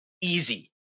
easy